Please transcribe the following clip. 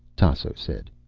tasso said.